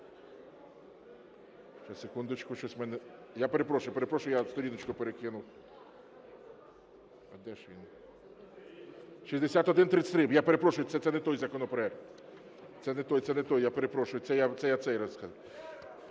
я перепрошую, я сторіночку перекину. 6133, я перепрошую, це не той законопроект. Це не той, це не той, я перепрошую… Шановні колеги,